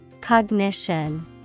Cognition